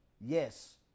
Yes